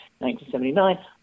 1979